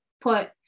put